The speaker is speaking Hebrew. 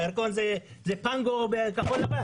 בירקון זה פנגו או בכחול-לבן.